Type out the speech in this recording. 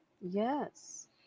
Yes